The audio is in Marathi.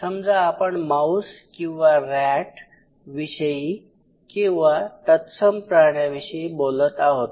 समजा आपण माऊस किंवा रॅट विषयी किंवा तत्सम प्राण्याविषयी बोलत आहोत